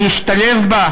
מי ישתלב בה